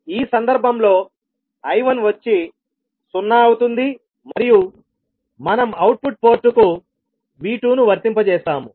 ఈ సందర్భంలో I1వచ్చి సున్నా అవుతుంది మరియు మనం అవుట్పుట్ పోర్టుకు V2 ను వర్తింపజేస్తాము